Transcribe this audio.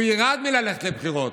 הוא ירעד מללכת לבחירות.